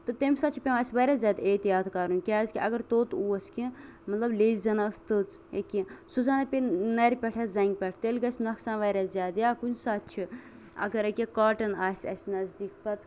تہٕ تَمہِ ساتہٕ چھُ پیوان اَسہِ واریاہ زیادٕ احتِیاط کَرُن کیازِ کہِ اَگر توٚت اوس کیٚنہہ مطلب لیجۍ زَن ٲسۍ زَن تٔژ یا کیٚنہہ سُہ زَن ہا پیٚیہِ نَرِ پٮ۪ٹھ ہا زَنگہِ پٮ۪ٹھ تیٚلہِ گژھِ نۄقصان واریاہ زیادٕ یا کُنہِ ساتہٕ چھُ اَگر یِکیاہ کوٹن آسہِ اَسہِ نزدیٖک